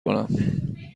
کنم